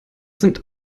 sind